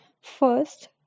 First